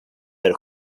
del